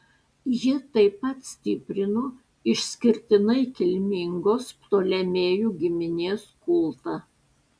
ji taip pat stiprino išskirtinai kilmingos ptolemėjų giminės kultą